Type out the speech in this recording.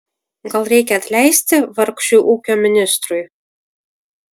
gal reikia atleisti vargšui ūkio ministrui